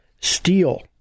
steel